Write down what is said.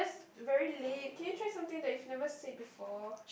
very lame can you try something that you've never said before